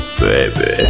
baby